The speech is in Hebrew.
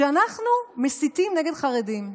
שאנחנו מסיתים נגד חרדים.